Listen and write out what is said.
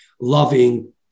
loving